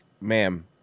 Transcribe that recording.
ma'am